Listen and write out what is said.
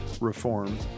reform